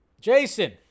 Jason